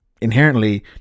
inherently